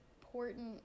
important